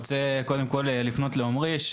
קודם כול אני רוצה לפנות לעמרי: